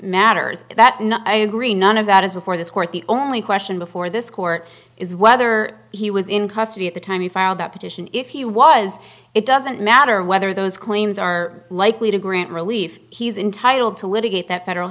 matters that no i agree none of that is before this court the only question before this court is whether he was in custody at the time he filed that petition if he was it doesn't matter whether those claims are likely to grant relief he's entitled to litigate that federal